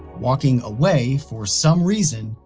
walking away, for some reason,